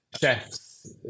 chefs